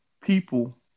people